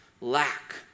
lack